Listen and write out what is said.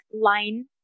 line